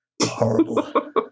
Horrible